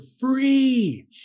free